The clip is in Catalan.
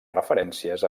referències